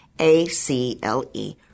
A-C-L-E